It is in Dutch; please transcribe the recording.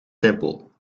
simpel